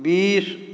बीस